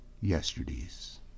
yesterdays